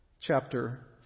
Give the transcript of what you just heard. chapter